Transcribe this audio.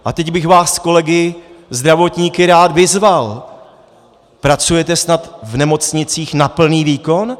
A teď bych vás kolegy zdravotníky rád vyzval: Pracujete snad v nemocnicích na plný výkon?